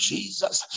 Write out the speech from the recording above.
Jesus